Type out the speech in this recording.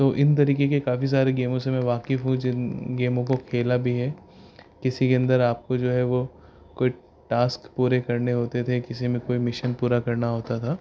تو ان طریقے کے کافی سارے گیموں سے میں واقف ہوں جن گیموں کو کھیلا بھی ہے کسی کے اندر آپ کو جو ہے وہ کوئی ٹاسک پورے کرنے ہوتے تھے کسی میں کوئی مشن پورا کرنا ہوتا تھا